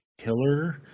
killer